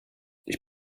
ich